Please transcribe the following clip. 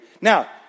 Now